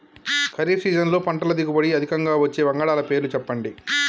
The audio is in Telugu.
ఖరీఫ్ సీజన్లో పంటల దిగుబడి అధికంగా వచ్చే వంగడాల పేర్లు చెప్పండి?